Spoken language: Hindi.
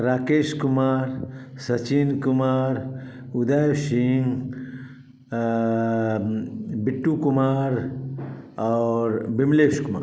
राकेश कुमार सचिन कुमार उदय सिंह बिट्टू कुमार और बिमलेश कुमार